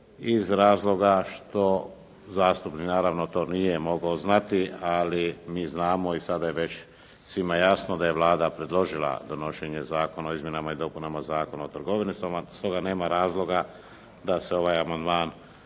iz razloga što, zastupnik naravno to nije mogao znati, ali mi znamo i sada je već svima jasno da je Vlada predložila donošenje Zakona o izmjenama i dopunama Zakona o trgovini. Stoga nema razloga da se ovaj prihvati